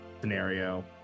scenario